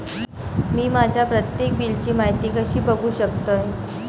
मी माझ्या प्रत्येक बिलची माहिती कशी बघू शकतय?